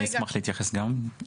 פינדרוס, אתה רוצה להתייחס עכשיו?